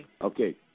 Okay